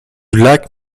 lac